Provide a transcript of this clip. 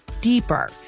deeper